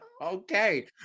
Okay